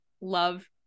love